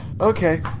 Okay